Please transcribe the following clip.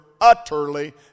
utterly